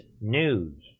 news